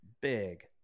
big